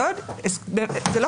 זה לא